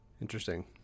interesting